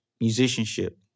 musicianship